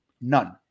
None